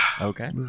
Okay